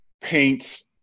paints